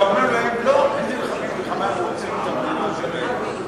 אתה אומר להם, לא, גם הם רוצים את המדינה שלהם.